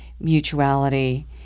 mutuality